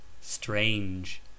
Strange